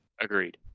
Agreed